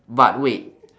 but wait